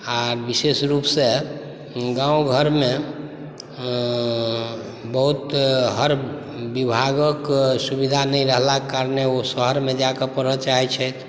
आ विशेष रूपसँ गाँव घरमे बहुत हर विभागक सुविधा नहि रहलाक कारणे ओ शहरमे जा कए पढ़य चाहैत छथि